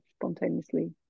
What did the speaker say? spontaneously